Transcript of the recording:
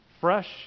Fresh